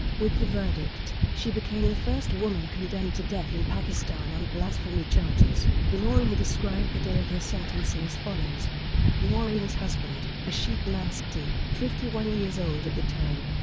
with the verdict, she became the first woman condemned to death in pakistan on blasphemy charges. noreen described the day of her sentencing as follows noreen's husband, ashiq masih, fifty one years old at the time,